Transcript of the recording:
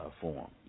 form